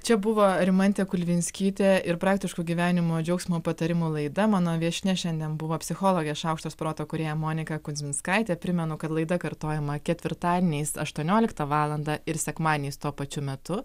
čia buvo rimantė kulvinskytė ir praktiško gyvenimo džiaugsmo patarimų laida mano viešnia šiandien buvo psichologė šaukštas proto kūrėja monika kuzminskaitė primenu kad laida kartojama ketvirtadieniais aštuonioliktą valandą ir sekmadieniais tuo pačiu metu